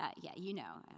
ah yeah you know,